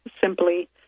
simply